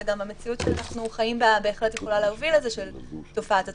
זאת גם המציאות שאנחנו חיים בה שבהחלט יכולה להוביל לתופעת הטרמפיסט,